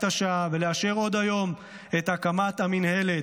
השעה ולאשר עוד היום את הקמת המינהלת.